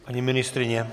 Paní ministryně?